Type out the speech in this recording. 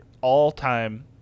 all-time